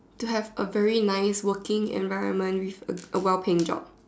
to have a very nice working environment with a A well paying job